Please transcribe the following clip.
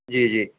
جی جی